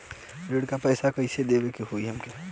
ऋण का पैसा कइसे देवे के होई हमके?